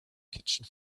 kitchen